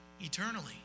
eternally